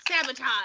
Sabotage